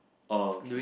oh okay